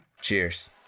cheers